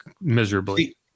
miserably